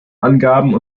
angaben